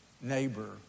neighbor